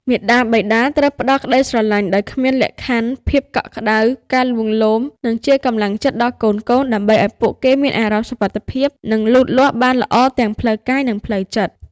មាតាបិតាត្រូវផ្ដល់ក្ដីស្រឡាញ់ដោយគ្មានលក្ខខណ្ឌ ភាពកក់ក្ដៅ ការលួងលោម និងជាកម្លាំងចិត្តដល់កូនៗ ដើម្បីឲ្យពួកគេមានអារម្មណ៍សុវត្ថិភាព និងលូតលាស់បានល្អទាំងផ្លូវកាយ និងផ្លូវចិត្ត។